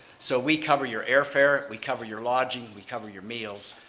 so we cover your airfare, we cover your lodging, we cover your meals.